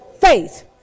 Faith